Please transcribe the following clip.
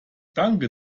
danke